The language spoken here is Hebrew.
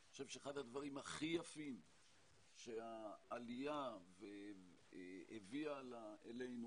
אני חושב שאחד הדברים הכי יפים שהעלייה הביאה אלינו,